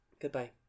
Goodbye